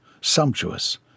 sumptuous